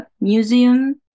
museum